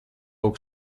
kaut